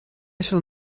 shall